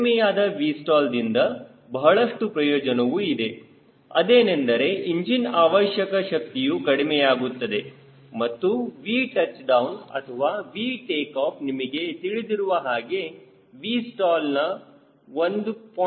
ಕಡಿಮೆಯಾದ Vstallದಿಂದ ಬಹಳಷ್ಟು ಪ್ರಯೋಜನವೂ ಇದೆ ಅದೇನೆಂದರೆ ಇಂಜಿನ್ ಅವಶ್ಯಕ ಶಕ್ತಿಯು ಕಡಿಮೆಯಾಗುತ್ತದೆ ಮತ್ತು Vtouchdown ಅಥವಾ Vtake off ನಿಮಗೆ ತಿಳಿದಿರುವ ಹಾಗೆ Vstall ನ 1